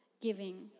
giving